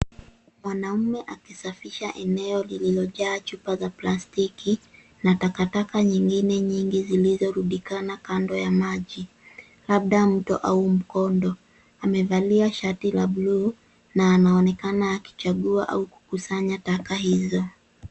Mwanaume akisafisha eneo lililojaa chupa za plastiki na takataka nyingine nyingi zilizorundikana kando ya maji, labda mto au mkondo. Amevalia shati la blue na anaonekana akichagua au kukusanya taka hizo.